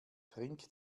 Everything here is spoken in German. trink